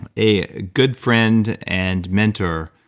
a good friend and mentor,